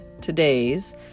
today's